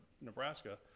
Nebraska